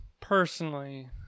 personally